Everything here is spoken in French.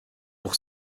pour